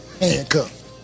handcuffed